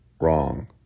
Wrong